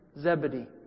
Zebedee